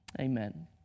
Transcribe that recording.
Amen